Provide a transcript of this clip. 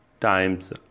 times